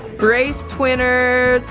brace-twinners,